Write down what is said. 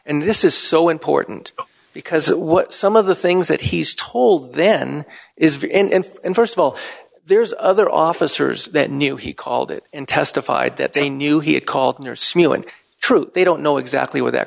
and this is so important because what some of the things that he's told then is and st of all there's other officers that knew he called it and testified that they knew he had called in or smeal and true they don't know exactly what that